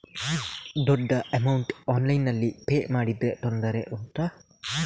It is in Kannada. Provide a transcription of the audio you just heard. ದೊಡ್ಡ ಅಮೌಂಟ್ ಆನ್ಲೈನ್ನಲ್ಲಿ ಪೇ ಮಾಡಿದ್ರೆ ತೊಂದರೆ ಉಂಟಾ?